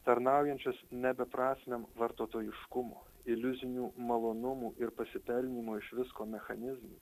tarnaujančius ne beprasmiam vartotojiškumo iliuzinių malonumų ir pasipelnymo iš visko mechanizmui